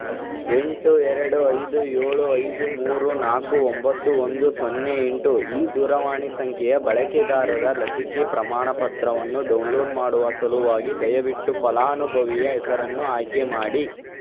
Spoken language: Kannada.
ಎಂಟು ಎರಡು ಐದು ಏಳು ಐದು ಮೂರು ನಾಲ್ಕು ಒಂಬತ್ತು ಒಂದು ಸೊನ್ನೆ ಎಂಟು ಈ ದೂರವಾಣಿ ಸಂಖ್ಯೆಯ ಬಳಕೆದಾರರ ಲಸಿಕೆ ಪ್ರಮಾಣಪತ್ರವನ್ನು ಡೌನ್ಲೋಡ್ ಮಾಡುವ ಸಲುವಾಗಿ ದಯವಿಟ್ಟು ಫಲಾನುಭವಿಯ ಹೆಸರನ್ನು ಆಯ್ಕೆ ಮಾಡಿ